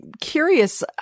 curious